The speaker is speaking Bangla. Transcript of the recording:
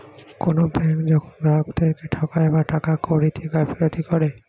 কোনো ব্যাঙ্ক যখন গ্রাহকদেরকে ঠকায় বা টাকা কড়িতে গাফিলতি করে